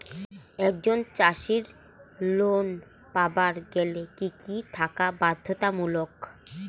একজন চাষীর লোন পাবার গেলে কি কি থাকা বাধ্যতামূলক?